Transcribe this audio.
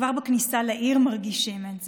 כבר בכניסה לעיר מרגישים את זה: